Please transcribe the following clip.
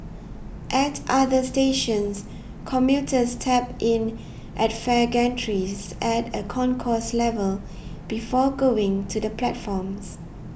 at other stations commuters tap in at fare gantries at a concourse level before going to the platforms